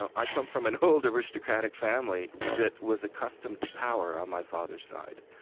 i come from an old aristocratic family that was accustomed to power on my father's side.